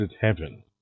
heaven